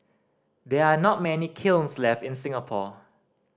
there are not many kilns left in Singapore